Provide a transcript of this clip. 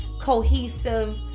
cohesive